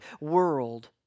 world